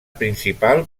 principal